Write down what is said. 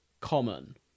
common